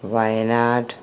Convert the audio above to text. Wayanad